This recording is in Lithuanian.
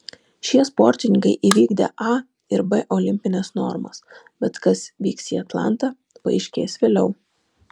šie sportininkai įvykdė a ir b olimpines normas bet kas vyks į atlantą paaiškės vėliau